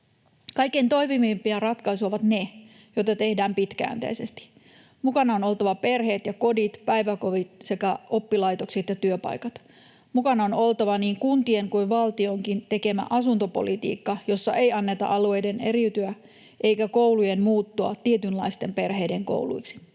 Kaikkein toimivimpia ratkaisuja ovat ne, joita tehdään pitkäjänteisesti. Mukana on oltava perheet ja kodit, päiväkodit sekä oppilaitokset ja työpaikat. Mukana on oltava niin kuntien kuin valtionkin tekemä asuntopolitiikka, jossa ei anneta alueiden eriytyä eikä koulujen muuttua tietynlaisten perheiden kouluiksi.